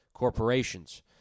corporations